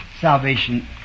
salvation